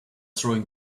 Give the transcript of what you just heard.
throwing